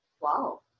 Wow